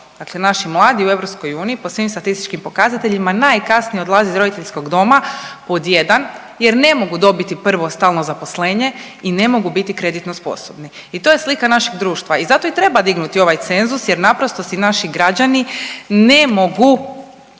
Dakle, naši mladi u EU po svim statističkim pokazateljima najkasnije odlaze iz roditeljskog doma pod jedan jer ne mogu dobiti prvo stalno zaposlenje i ne mogu biti kreditno sposobni i to je slika našeg društva i zato i treba dignuti ovaj cenzus jer naprosto si naši građani ne mogu